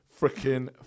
freaking